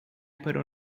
parou